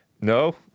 No